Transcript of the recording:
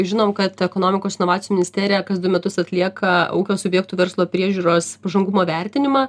žinom kad ekonomikos inovacijų ministerija kas du metus atlieka ūkio subjektų verslo priežiūros pažangumo vertinimą